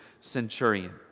centurion